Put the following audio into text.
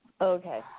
Okay